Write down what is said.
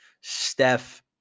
Steph